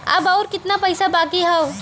अब अउर कितना पईसा बाकी हव?